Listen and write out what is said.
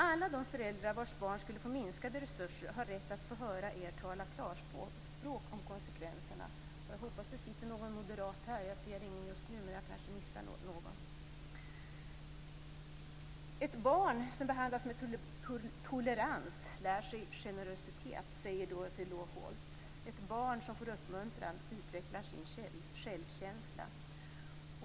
Alla de föräldrar vars barn skulle få minskade resurser har rätt att få höra er tala klarspråk om konsekvenserna. Jag hoppas att det sitter någon moderat här i salen. Jag ser ingen just nu, men jag kanske missar någon. Jag vill avsluta med följande ord: Ett barn som behandlas med tolerans lär sig generositet. Ett barn som får uppmuntran utvecklar sin självkänsla.